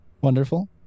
Wonderful